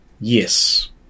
yes